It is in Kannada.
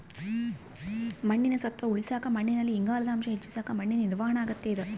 ಮಣ್ಣಿನ ಸತ್ವ ಉಳಸಾಕ ಮಣ್ಣಿನಲ್ಲಿ ಇಂಗಾಲದ ಅಂಶ ಹೆಚ್ಚಿಸಕ ಮಣ್ಣಿನ ನಿರ್ವಹಣಾ ಅಗತ್ಯ ಇದ